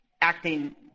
acting